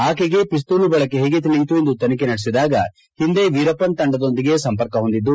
ಆಕೆಗೆ ಪಿಸ್ತೂಲು ಬಳಕೆ ಹೇಗೆ ತಿಳಿಯಿತು ಎಂದು ತನಿಖೆ ನಡೆಸಿದಾಗ ಒಂದೆ ವೀರಪ್ಪನ್ ತಂಡದೊಂದಿಗೆ ಸಂಪರ್ಕ ಹೊಂದಿದ್ದು